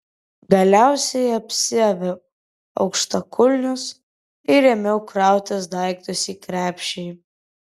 galiausiai apsiaviau aukštakulnius ir ėmiau krautis daiktus į krepšį